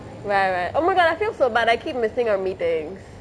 right right oh my god I feel so bad I keep missing our meetings